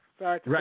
Right